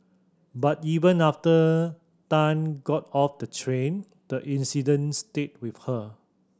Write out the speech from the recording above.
but even after Tan got off the train the incident stayed with her